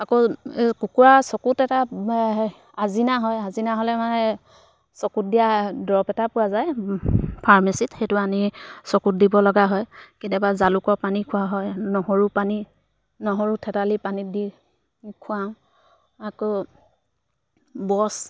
আকৌ কুকুৰা চকুত এটা হে আজিনা হয় আজিনা হ'লে মানে চকুত দিয়া দৰৱ এটা পোৱা যায় ফাৰ্মেচিত সেইটো আনি চকুত দিব লগা হয় কেতিয়াবা জালুকৰ পানী খোৱা হয় নহৰু পানী নহৰু থেতালি পানীত দি খুৱাওঁ আকৌ বছ